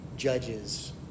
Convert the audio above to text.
Judges